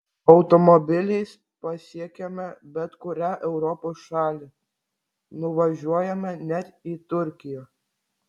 automobiliais pasiekiame bet kurią europos šalį nuvažiuojame net į turkiją